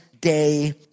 day